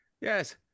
Yes